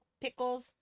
Pickles